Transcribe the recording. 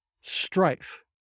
strife